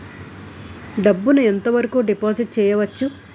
డబ్బు ను ఎంత వరకు డిపాజిట్ చేయవచ్చు?